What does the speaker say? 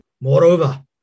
Moreover